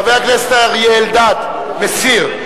חבר הכנסת אריה אלדד, מסיר.